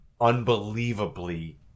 unbelievably